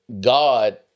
God